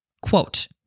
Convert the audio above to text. Quote